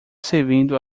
servindo